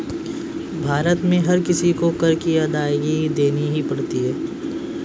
भारत में हर किसी को कर की अदायगी देनी ही पड़ती है